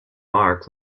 arc